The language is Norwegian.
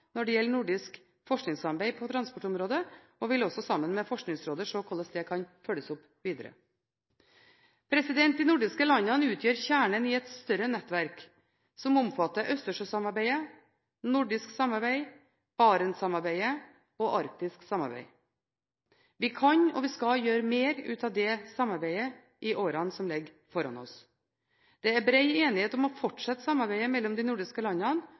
når det gjelder nordisk forskningssamarbeid på transportområdet, og vil også sammen med Forskningsrådet se hvordan dette kan følges opp videre. De nordiske landene utgjør kjernen i et større nettverk som omfatter Østersjøsamarbeidet, nordisk samarbeid, Barentssamarbeidet og arktisk samarbeid. Vi kan og skal gjøre mer ut av det samarbeidet i årene som ligger foran oss. Det er bred enighet om å fortsette samarbeidet mellom de nordiske landene